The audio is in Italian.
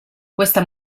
questa